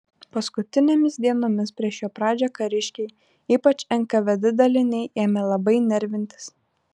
paskutinėmis dienomis prieš jo pradžią kariškiai ypač nkvd daliniai ėmė labai nervintis